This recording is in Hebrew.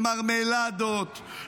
מרמלדות,